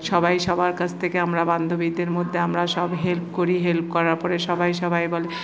সবাই সবার কাছ থেকে আমরা বান্ধবীদের মধ্যে আমরা সব হেল্প করি হেল্প করার পরে সবাই সবাই বলে